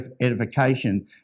edification